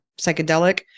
psychedelic